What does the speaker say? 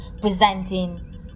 presenting